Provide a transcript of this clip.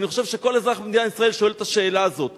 אני חושב שכל אזרח במדינת ישראל שואל את השאלה הזאת: